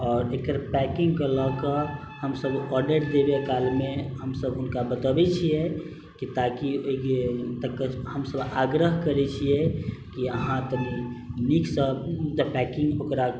आओर एकर पैकिंगके लअ कऽ हमसब ऑर्डर देबै कालमे हमसब हुनका बताबै छियै कि ताकि हमसब आग्रह करै छियै कि अहाँ तऽ नीकसँ पैकिंग ओकरा